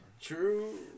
True